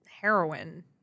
heroin